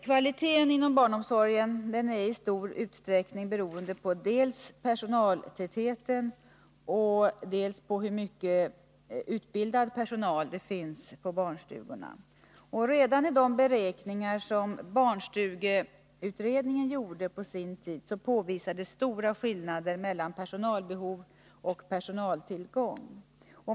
Kvaliteten inom barnomsorgen är i stor utsträckning beroende dels på personaltätheten, dels på hur mycket utbildad personal det finns på barnstugorna. Redan i de beräkningar som barnstugeutredningen gjorde på sin tid påvisades stora skillnader mellan personalbehov och personaltillgång.